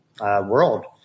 world